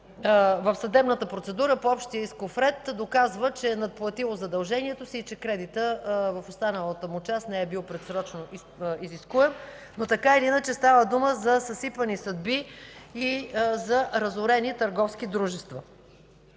в съдебната процедура по общия исков ред се доказва, че е надплатило задълженията си и кредитът в останалата му част не е бил просрочено изискуем, но така или иначе става дума за съсипани съдби и разорени търговски дружества.